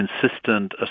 consistent